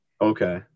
okay